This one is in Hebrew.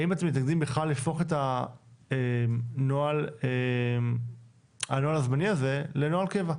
האם אתם מנגדים בכלל להפוך את הנוהל הזמני הזה לנוהל קבע?